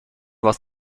was